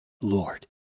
Lord